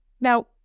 Now